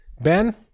Ben